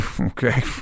Okay